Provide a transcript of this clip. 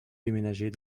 déménager